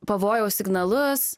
pavojaus signalus